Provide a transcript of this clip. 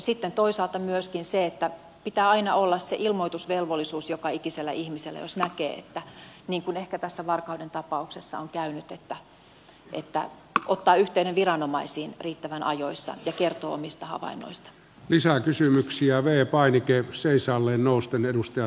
sitten toisaalta myöskin se että pitää aina olla se ilmoitusvelvollisuus joka ikisellä ihmisellä jos näkee niin kuin ehkä tässä varkauden tapauksessa on käynyt että ottaa yhteyden viranomaisiin riittävän ajoissa ja kertoo omista havainnoista lisää kysymyksiä veijo painikkeen seisaalleen nousten havainnoistaan